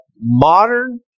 modern